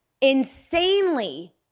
insanely